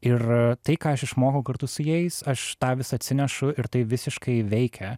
ir tai ką aš išmokau kartu su jais aš tą visą atsinešu ir tai visiškai veikia